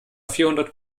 vierhundert